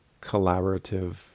collaborative